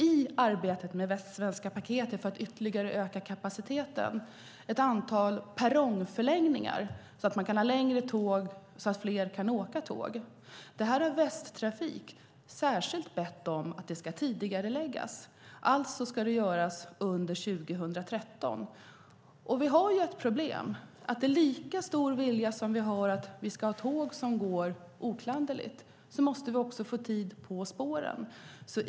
I arbetet med Västsvenska paketet ska det, för att ytterligare öka kapaciteten, göras ett antal perrongförlängningar så att man kan ha längre tåg och fler kan åka tåg. Västtrafik har särskilt bett om att detta ska tidigareläggas. Alltså ska det göras under 2013. Vi har ett problem, och det är att lika stor vilja som vi har att tågen går oklanderligt har vi att få tid på spåren.